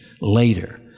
later